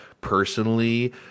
personally –